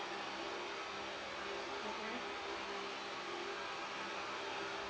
mmhmm